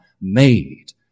made